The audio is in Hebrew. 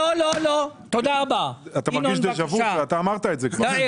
אתה אמרת את זה כבר.